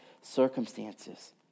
circumstances